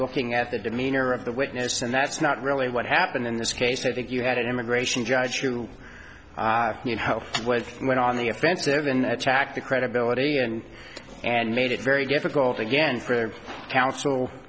looking at the demeanor of the witness and that's not really what happened in this case i think you had an immigration judge you know what went on the offensive an attack the credibility and and made it very difficult again for coun